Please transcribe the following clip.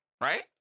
Right